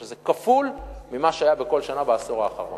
שזה כפול ממה שהיה בכל שנה בעשור האחרון.